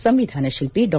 ಸಂವಿಧಾನ ಶಿಲ್ಪಿ ಡಾ